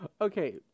Okay